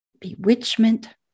bewitchment